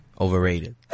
Overrated